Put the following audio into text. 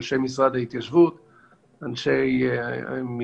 אנשי משרד ההתיישבות,